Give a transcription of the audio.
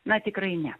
na tikrai ne